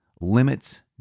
limits